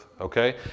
Okay